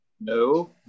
No